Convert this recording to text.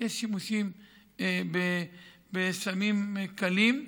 יש שימוש בסמים קלים.